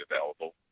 available